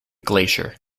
glacier